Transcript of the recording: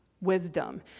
wisdom